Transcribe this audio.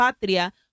Patria